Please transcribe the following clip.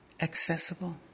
accessible